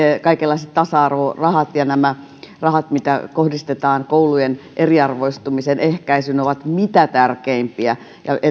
kaikenlaiset tasa arvorahat ja nämä rahat mitä kohdistetaan koulujen eriarvoistumisen ehkäisyyn ovat mitä tärkeimpiä